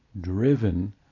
driven